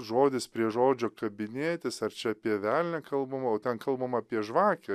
žodis prie žodžio kabinėtis ar čia apie velnią kalbama o ten kalbam apie žvakę